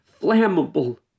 flammable